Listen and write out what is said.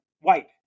White